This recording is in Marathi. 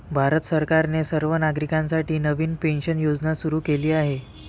भारत सरकारने सर्व नागरिकांसाठी नवीन पेन्शन योजना सुरू केली आहे